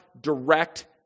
direct